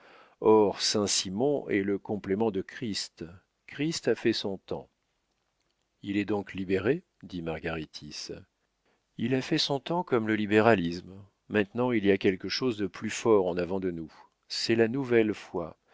or saint-simon est le complément de christ christ a fait son temps il est donc libéré dit margaritis il a fait son temps comme le libéralisme maintenant il y a quelque chose de plus fort en avant de nous c'est la nouvelle foi